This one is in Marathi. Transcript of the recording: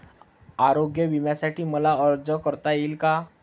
आरोग्य विम्यासाठी मला अर्ज करता येईल का?